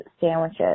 sandwiches